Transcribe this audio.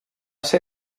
ser